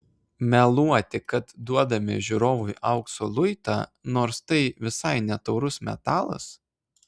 meluoti kad duodame žiūrovui aukso luitą nors tai visai ne taurus metalas